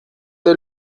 der